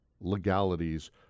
legalities